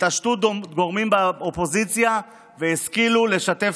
התעשתו גורמים באופוזיציה והשכילו לשתף